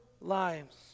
lives